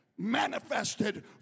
manifested